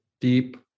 deep